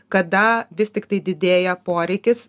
kada vis tiktai didėja poreikis